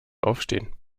aufstehen